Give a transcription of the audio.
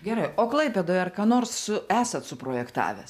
gerai o klaipėdoj ar ką nors esat suprojektavęs